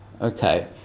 okay